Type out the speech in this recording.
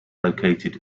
located